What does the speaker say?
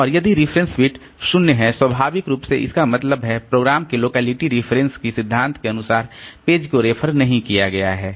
और यदि reference bit 0 है स्वाभाविक रूप इसका मतलब है प्रोग्राम के लोकेलिटी रिफरेंस के सिद्धांत के अनुसार पेज को रेफर नहीं किया गया है